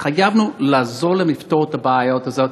התחייבנו לעזור להן לפתור את הבעיה הזאת.